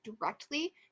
directly